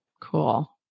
Cool